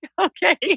okay